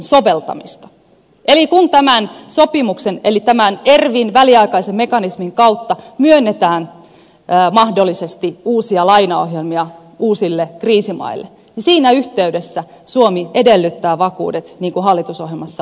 eli kun tämän sopimuksen eli tämän ervvin väliaikaisen mekanismin kautta myönnetään mahdollisesti uusia lainaohjelmia uusille kriisimaille niin siinä yhteydessä suomi edellyttää vakuudet niin kuin hallitusohjelmassa on kirjattu